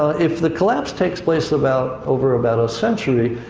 if the collapse takes place about over about a century,